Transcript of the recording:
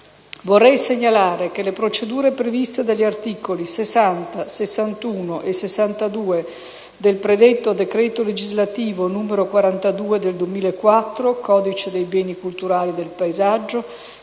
Vorrei segnalare che le procedure previste dagli articoli 60, 61 e 62 del predetto decreto legislativo n. 42 del 2004 (codice dei beni culturali e del paesaggio),